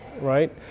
right